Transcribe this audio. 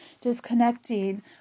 disconnecting